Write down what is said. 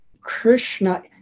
Krishna